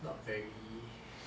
not very